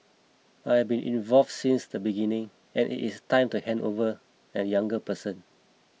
I have been involved since the beginning and it is time to hand over a younger person